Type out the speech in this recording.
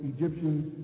Egyptians